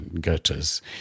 Goethe's